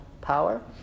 power